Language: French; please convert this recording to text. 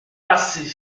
passer